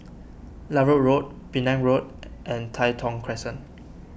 Larut Road Penang Road and Tai Thong Crescent